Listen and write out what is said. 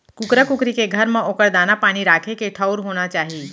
कुकरा कुकरी के घर म ओकर दाना, पानी राखे के ठउर होना चाही